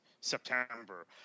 September